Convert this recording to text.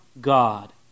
God